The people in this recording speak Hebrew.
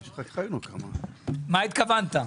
מה התכוונת?